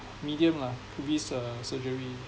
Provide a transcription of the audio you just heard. medium lah risk uh surgery